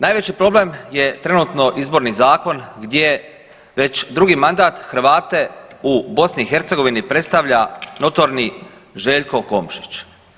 Najveći problem je trenutno izborni zakon gdje već drugi mandat Hrvate u BiH predstavlja notorni Željko Komšić.